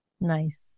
Nice